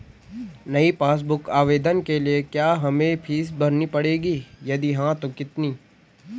नयी passbook book आवेदन के लिए क्या हमें फीस भरनी पड़ेगी यदि हाँ तो कितनी?